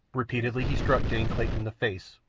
repeatedly he struck jane clayton in the face,